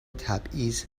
تبعیض